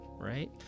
Right